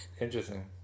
Interesting